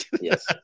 Yes